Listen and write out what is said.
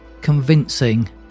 convincing